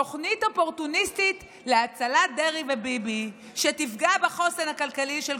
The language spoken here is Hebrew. תוכנית אופורטוניסטית להצלת דרעי וביבי שתפגע בחוסן הכלכלי של כולנו.